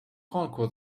conquer